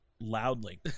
loudly